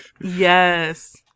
Yes